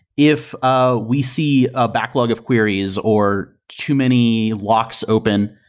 if ah we see a backlog of queries, or too many locks open,